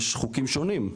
יש חוקים שונים.